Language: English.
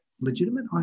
legitimate